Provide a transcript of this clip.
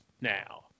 now